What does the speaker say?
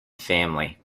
family